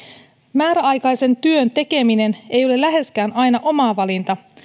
määräaikaisen työn tekeminen ei ole läheskään aina oma valinta